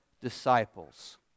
disciples